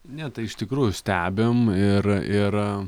ne tai iš tikrųjų stebim ir ir